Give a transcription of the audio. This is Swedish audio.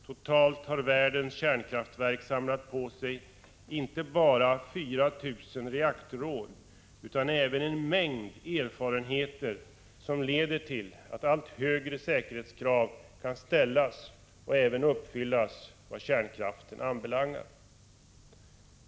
Totalt har världens kärnkraftverk samlat på sig inte bara 4 000 reaktorår utan även en mängd erfarenheter som leder till att allt högre säkerhetskrav kan ställas och även uppfyllas vad kärnkraften anbelangar.